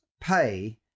Pay